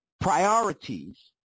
priorities